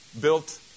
built